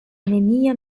neniam